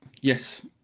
Yes